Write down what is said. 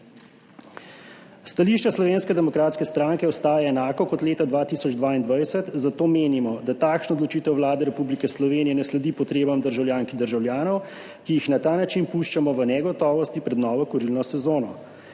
Stališče Slovenske demokratske stranke ostaja enako kot leta 2022, zato menimo, da takšna odločitev Vlade Republike Slovenije ne sledi potrebam državljank in državljanov, ki jih na ta način puščamo v negotovosti pred novo kurilno sezono.